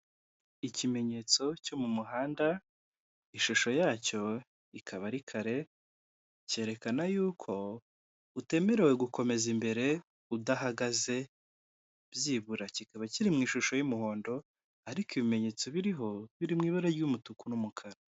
Ikimenyetso cyo mu muhanda, ishusho yacyo ikaba ari kare, cyerekana y'uko utemerewe gukomeza imbere udahagaze byibura, kikaba kiri mu ishusho y'umuhondo, ariko ibimenyetso biriho, biri mu ibara ry'umutuku n'umukara.